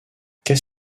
qu’est